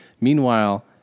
Meanwhile